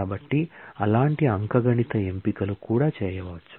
కాబట్టి అలాంటి అంకగణిత ఎంపికలు కూడా చేయవచ్చు